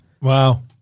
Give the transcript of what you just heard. Wow